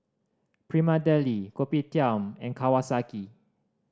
Prima Deli Kopitiam and Kawasaki